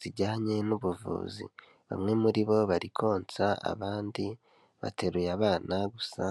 zijyanye n'ubuvuzi, bamwe muri bo bari konsa abandi bateruye abana gusa